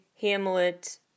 Hamlet